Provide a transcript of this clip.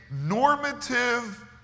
normative